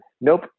Nope